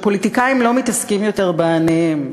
שפוליטיקאים לא מתעסקים יותר בעניים,